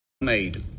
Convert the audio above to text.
Made